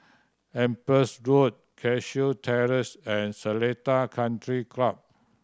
Empress Road Cashew Terrace and Seletar Country Club